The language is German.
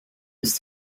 ist